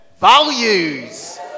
Values